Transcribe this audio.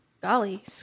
Golly